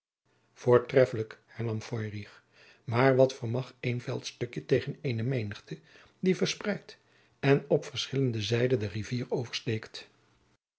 voortreffelijk hernam feurich maar wat vermag één veldstukje tegen eene menigte die verspreid en op verschillende zijde de rivier oversteekt